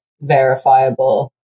verifiable